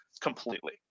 completely